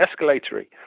escalatory